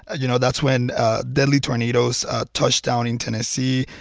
ah you know, that's when deadly tornadoes touched down in tennessee.